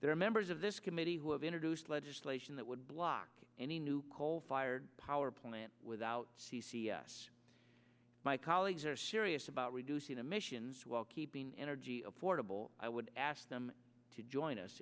there are members of this committee who have introduced legislation that would block any new coal fired power plant without c c s my colleagues are serious about reducing emissions while keeping energy affordable i would ask them to join us